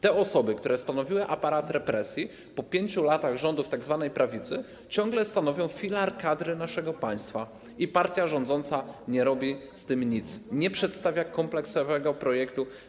Te osoby, które stanowiły aparat represji, po 5 latach rządów tzw. prawicy ciągle stanowią filar kadry naszego państwa i partia rządząca nie robi z tym nic, nie przedstawia kompleksowego projektu.